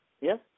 Yes